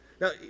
Now